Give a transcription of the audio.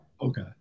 okay